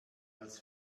als